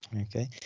Okay